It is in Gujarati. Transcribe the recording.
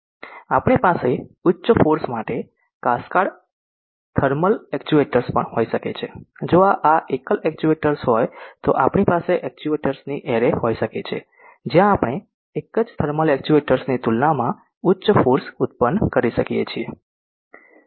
આપણી પાસે ઉચ્ચ ફોર્સ માટે કાસ્કેડ થર્મલ એક્ચ્યુએટર્સ પણ હોઈ શકે છે જો આ એકલ એક્ચ્યુએટર્સ હોય તો આપણી પાસે એક્ચ્યુએટર્સ ની એરે હોઈ શકે છે જ્યાં આપણે એક જ થર્મલ એક્ચ્યુએટર્સ ની તુલનામાં ઉચ્ચ ફોર્સ ઉત્પન્ન કરી શકીએ છીએ